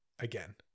Again